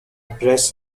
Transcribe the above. press